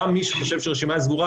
גם מי שחושב שהרשימה סגורה,